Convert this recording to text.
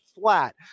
flat